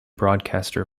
broadcaster